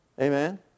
Amen